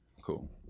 Cool